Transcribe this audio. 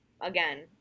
again